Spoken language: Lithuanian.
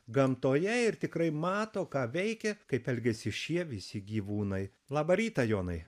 gamtoje ir tikrai mato ką veikia kaip elgiasi šie visi gyvūnai labą rytą jonai